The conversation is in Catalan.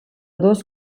dos